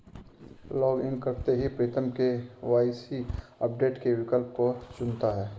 login करते ही Pritam KYC update के विकल्प को चुनता है